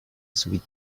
sweet